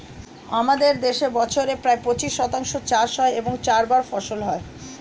আমাদের দেশে বছরে প্রায় পঁচিশ শতাংশ চাষ হয় এবং চারবার ফসল হয়